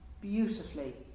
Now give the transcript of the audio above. Beautifully